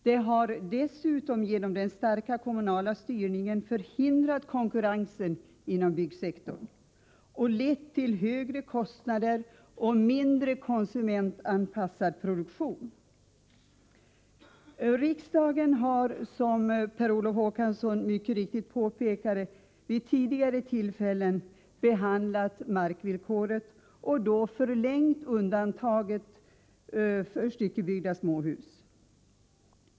Det har dessutom genom den starka kommunala styrningen förhindrat konkurrensen inom byggsektorn och lett till högre kostnader och en mindre konsumentanpassad produktion. Riksdagen har, som Per Olof Håkansson mycket riktigt påpekade, vid tidigare tillfällen behandlat frågan om markvillkoret och då förlängt undantaget för styckebyggda småhus.